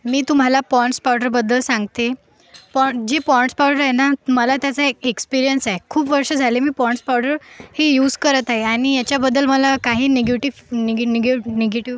मी तुम्हाला पाँड्स पावडरबद्दल सांगते पाँ जे पाँड्स पावडर आहे ना मला त्याचा एक्सपीरिअन्स आहे खूप वर्ष झाले मी पाँड्स पावडर हे यूज करत आहे आणि याच्याबद्दल मला काही निगेटिव्ह निगे निगे निगेटिव्ह